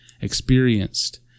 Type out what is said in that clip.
experienced